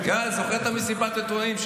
אני זוכר את מסיבת העיתונאים,